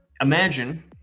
imagine